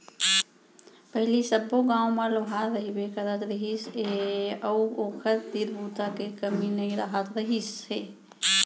पहिली सब्बो गाँव म लोहार रहिबे करत रहिस हे अउ ओखर तीर बूता के कमी नइ रहत रहिस हे